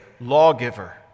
lawgiver